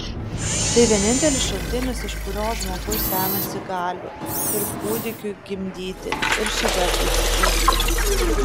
tai vienintelis šaltinis iš kurio žmogus semiasi galių ir kūdikiui gimdyti ir šedevrui sukurti